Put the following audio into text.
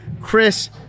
Chris